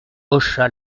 hocha